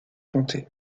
comté